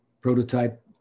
prototype